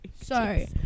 Sorry